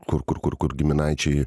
kur kur kur kur giminaičiai